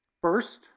First